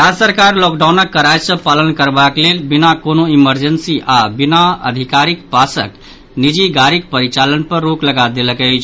राज्य सरकार लॉकडाउनक कड़ाई सँ पालन करबाक लेल बिना कोनो इमरजेंसी आओर बिना अधिकारीक पासक निजी गाड़ीक परिचालन पर रोक लगा देलक अछि